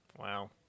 Wow